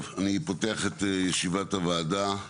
אני פותח את ישיבת הועדה.